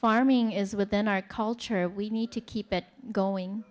farming is within our culture we need to keep it going